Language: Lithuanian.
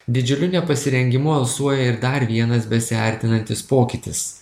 didžiuliu nepasirengimu alsuoja ir dar vienas besiartinantis pokytis